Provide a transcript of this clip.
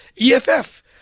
EFF